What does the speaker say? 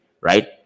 right